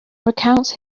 recounts